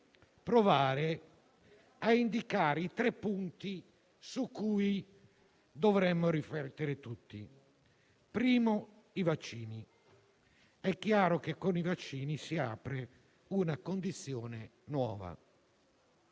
provare a indicare i tre punti su cui dovremmo tutti riflettere. Il primo: i vaccini. È chiaro che con i vaccini si apre una condizione nuova,